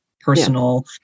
personal